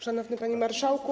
Szanowny Panie Marszałku!